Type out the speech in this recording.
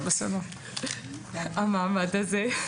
המעמד הזה.